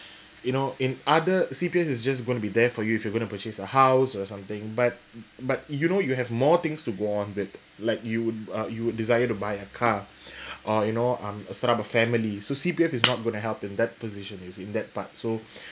you know in other C_P_F is just going to be there for you if you're going to purchase a house or something but but you know you have more things to want with like you would you would desire to buy a car or you know um start up a family so C_P_F is not going help in that position you see in that part so